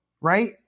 right